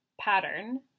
pattern